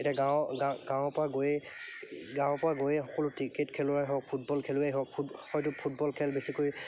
এতিয়া গাঁৱৰ গাঁ গাঁৱৰ পৰা গৈয়ে গাঁৱৰ পৰা গৈয়ে সকলো ক্ৰিকেট খেলুৱৈ হওক ফুটবল খেলুৱেই হওক ফুট হয়তো ফুটবল খেল বেছিকৈ